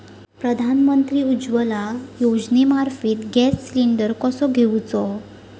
प्रधानमंत्री उज्वला योजनेमार्फत gas cylinder कसो घेऊचो?